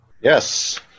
Yes